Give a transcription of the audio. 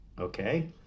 Okay